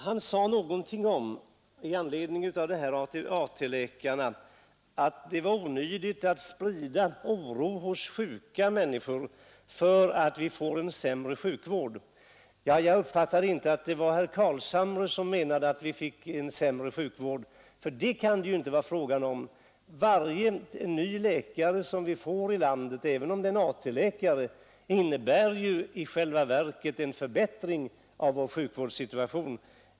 Han sade på tal om AT-läkarna att det var onödigt att bland sjuka människor sprida oro för att vi får en sämre sjukvård. Jag uppfattade det så att det inte var herr Carlshamre som menade att vi fick en sämre sjukvård, ty det kan det ju inte vara fråga om — varje ny läkare i landet, även om det är en AT-läkare, innebär ju i själva verket en förbättring av vår sjukvårdssituation.